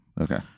Okay